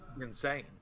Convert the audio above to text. insane